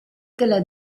della